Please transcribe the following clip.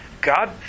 God